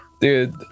Dude